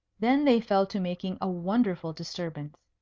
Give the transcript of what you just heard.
then they fell to making a wonderful disturbance.